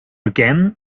again